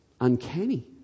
Uncanny